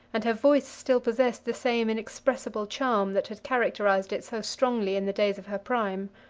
and her voice still possessed the same inexpressible charm that had characterized it so strongly in the days of her prime.